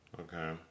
Okay